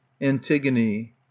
Antigone